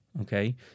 Okay